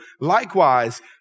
Likewise